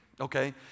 Okay